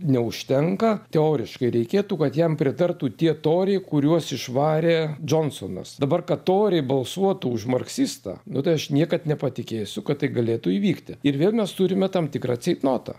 neužtenka teoriškai reikėtų kad jam pritartų tie toriai kuriuos išvarė džonsonas dabar kad toriai balsuotų už marksistą nu tai aš niekad nepatikėsiu kad tai galėtų įvykti ir vėl mes turime tam tikrą ceitnotą